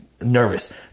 nervous